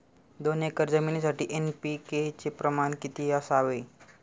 दोन एकर जमीनीसाठी एन.पी.के चे प्रमाण किती असावे?